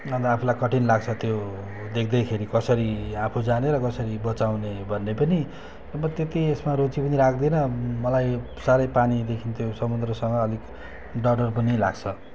अन्त आफूलाई कठिन लाग्छ त्यो देख्दैखेरि कसरी आफू जाने र कसरी बचाउने भन्ने पनि अब त्यति यसमा रुचि पनि राख्दिनँ मलाई साह्रै पानीदेखि त्यो समुन्द्रसँग अलिक डर डर पनि लाग्छ